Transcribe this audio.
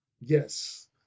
Yes